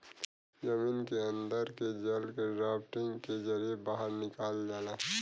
जमीन के अन्दर के जल के ड्राफ्टिंग के जरिये बाहर निकाल जाला